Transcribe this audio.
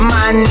Man